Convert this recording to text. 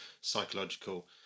psychological